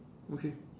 okay